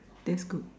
that's good